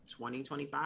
2025